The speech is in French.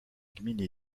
gminy